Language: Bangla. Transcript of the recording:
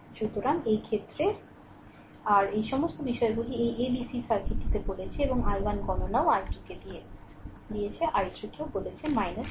সুতরাং এই ক্ষেত্রে আর এই সমস্ত বিষয়গুলি এই a b c সার্কিটটিতে বলেছে এবং i1 গণনাও i2 কে দিয়েছে i3 কেও বলেছে 075